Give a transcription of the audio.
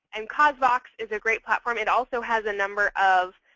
and causevox is a great platform. it also has a number of